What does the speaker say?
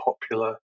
popular